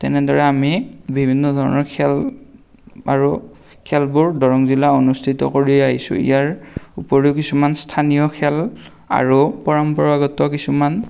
তেনেদৰে আমি বিভিন্ন ধৰণৰ খেল আৰু খেলবোৰ দৰং জিলাত অনুষ্ঠিত কৰি আহিছোঁ ইয়াৰ উপৰিও কিছুমান স্থানীয় খেল আৰু পৰম্পৰাগত কিছুমান